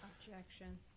Objection